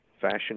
fashion